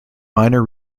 minor